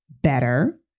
better